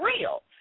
real